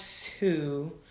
two